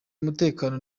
umutekano